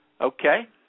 Okay